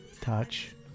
touch